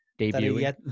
debuting